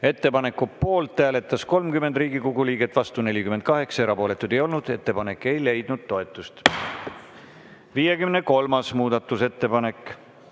Ettepaneku poolt hääletas 30 Riigikogu liiget, vastu oli 48, erapooletuid ei olnud. Ettepanek ei leidnud toetust. 53. muudatusettepanek.